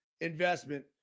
investment